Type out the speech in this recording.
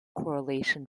correlation